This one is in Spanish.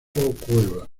cuevas